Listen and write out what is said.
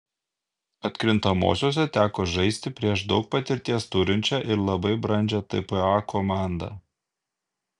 atkrintamosiose teko žaisti prieš daug patirties turinčią ir labai brandžią tpa komandą